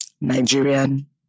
Nigerian